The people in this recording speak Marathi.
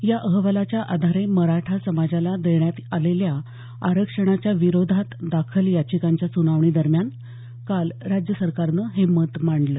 या अहवालाच्या आधारे मराठा समाजाला देण्यात आलेल्या आरक्षणाच्या विरोधात दाखल याचिकांच्या सुनावणी दरम्यान काल राज्य सरकारनं हे मत मांडलं